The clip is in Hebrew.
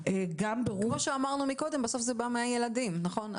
כי כמו שאמרנו קודם, בסוף זה בא מהילדים, נכון?